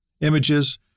images